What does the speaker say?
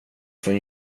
från